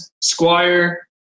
squire